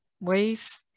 Ways